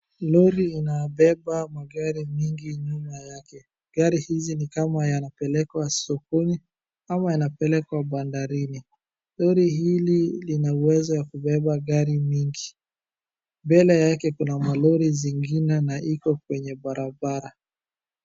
Lori inabeba magari mengi nyuma yake. Gari hizi ni kama yanapelekwa sokoni ama yanapelekwa bandarini. Lori hili ina uwezo ya kubeba magari mengi. Mbele yake kuna malori zingine na iko kwenye barabara.